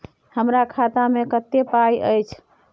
हमरा खाता में कत्ते पाई अएछ?